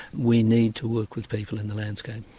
we need to work with people in the landscape.